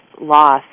loss